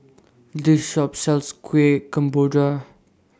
This Shop sells Kueh Kemboja